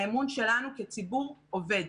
האמון שלנו כציבור אובד.